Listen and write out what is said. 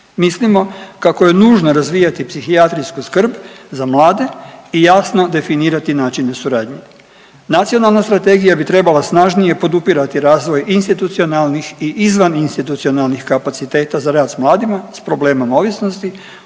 Mislimo kako je nužno razvijati psihijatrijsku skrb za mlade i jasno definirati načine suradnje. Nacionalna strategija bi trebala snažnije podupirati razvoj institucionalnih i izvan institucionalnih kapaciteta za rad sa mladima sa problemom ovisnosti